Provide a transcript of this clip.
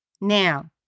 Now